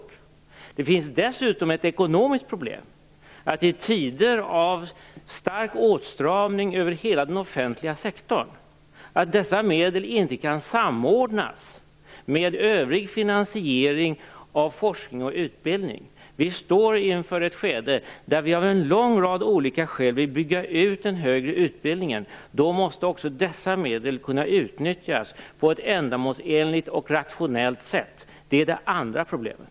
Dessutom finns det ett ekonomiskt problem. I tider av stark åtstramning över hela den offentliga sektorn kan dessa medel inte samordnas med övrig finansiering av forskning och utbildning. Vi står inför ett skede där vi av en lång rad olika skäl vill bygga ut den högre utbildningen. Då måste också dessa medel kunna utnyttjas på ett ändamålsenligt och rationellt sätt. Det är det andra problemet.